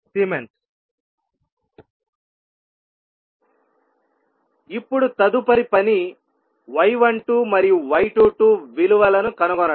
5S ఇప్పుడు తదుపరి పని y12 మరియు y22 విలువలను కనుగొనడం